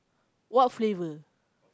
what flavor